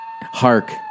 Hark